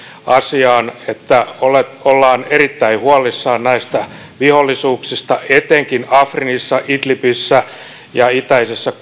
asiaan että ollaan ollaan erittäin huolissaan näistä vihollisuuksista etenkin afrinissa idlibissä ja itäisessä